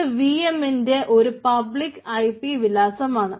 ഇത് V M ന്റെ ഒരു പബ്ളിക്ക് ഐപി വിലാസമാണ്